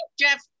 Jeff